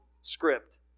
script